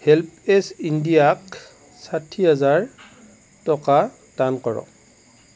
HelpAge ইণ্ডিয়াক ষাঠি হাজাৰ টকা দান কৰক